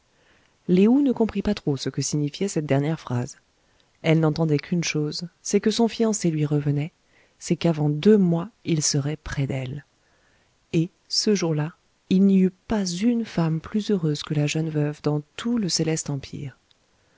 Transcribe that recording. lé ou ne comprit pas trop ce que signifiait cette dernière phrase elle n'entendait qu'une chose c'est que son fiancé lui revenait c'est qu'avant deux mois il serait près d'elle et ce jour-là il n'y eut pas une femme plus heureuse que la jeune veuve dans tout le céleste empire